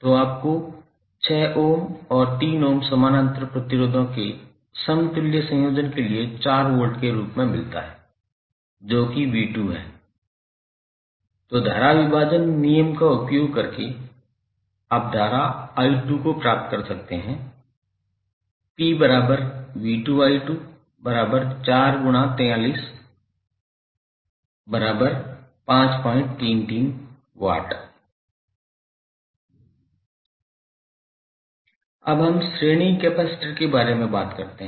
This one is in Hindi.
तो आपको 6 ओम और 3 ओम समानांतर प्रतिरोधों के समतुल्य संयोजन के लिए 4 वोल्ट के रूप में मान मिलता है जो कि 𝑣2 है तो धारा विभाजन नियम का उपयोग करके आप धारा 𝑖2 को प्राप्त कर सकते हैं 𝑃4∗43533W अब हम श्रेणी कैपेसिटर के बारे में बात करते हैं